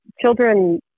children